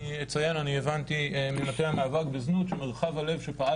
אני הבנתי ממטה המאבק בזנות שמרחב הלב שפעל